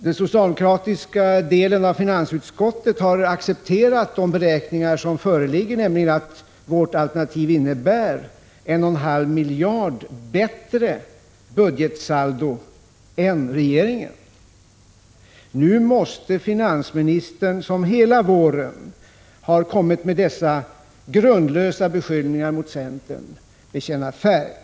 Den socialdemokratiska delen av finansutskottet har accepterat de beräkningar som föreligger, nämligen att vårt alternativ innebär 1,5 miljarder bättre budgetsaldo än regeringens. Nu måste finansministern, som hela våren har kommit med dessa grundlösa beskyllningar mot centern, bekänna färg.